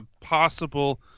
possible